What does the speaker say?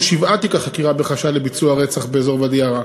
נפתחו שבעה תיקי חקירה בחשד לביצוע רצח באזור ואדי-עארה.